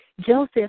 Joseph